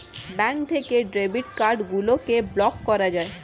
bank থেকে debit card গুলিকে block করা যায়